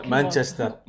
Manchester